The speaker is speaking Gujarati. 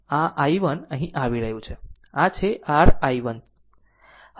આમ આ i1 અહીં આવી રહ્યું છે આ છે r i1 છે